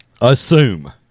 assume